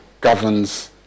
governs